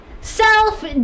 Self